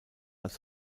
als